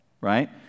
right